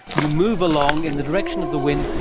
you move along in the direction of the wind,